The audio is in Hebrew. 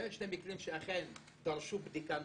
שאכן דרשו בדיקה נוספת,